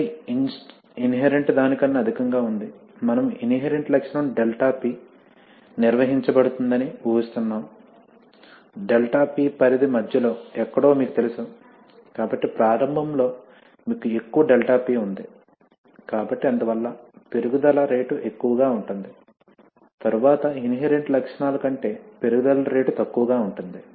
మళ్ళీ ఇన్హెరెంట్ దానికన్నా అధికంగా ఉంది మనము ఇన్హెరెంట్ లక్షణం ∆P నిర్వహించబడుతుందని ఊహిస్తున్నాము ∆P పరిధి మధ్యలో ఎక్కడో మీకు తెలుసు కాబట్టి ప్రారంభంలో మీకు ఎక్కువ ∆P ఉంది కాబట్టి అందువల్ల పెరుగుదల రేటు ఎక్కువగా ఉంటుంది తరువాత ఇన్హెరెంట్ లక్షణాల కంటే పెరుగుదల రేటు తక్కువగా ఉంటుంది